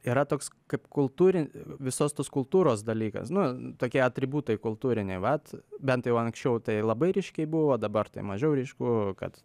yra toks kaip kultūrin visos tos kultūros dalykas nu tokie atributai kultūriniai vat bent jau anksčiau tai labai ryškiai buvo dabar tai mažiau ryšku kad